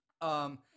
Um-